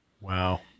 Wow